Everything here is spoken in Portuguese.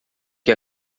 que